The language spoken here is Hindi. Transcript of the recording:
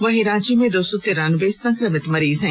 वहीं रांची में दो सौ तिरानबे संक्रमित मरीज हैं